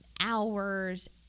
hours